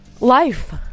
Life